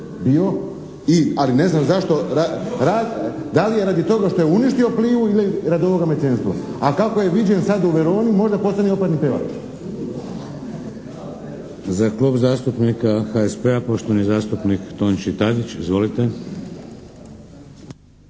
se ne razumije./ … Da li je radi toga što je uništio Plivu ili radi ovoga mecenstva? A kako je viđen sad u Veroni možda postane i operni pjevač. **Šeks, Vladimir (HDZ)** Za Klub zastupnika HSP-a poštovani zastupnik Tonči Tadić. Izvolite.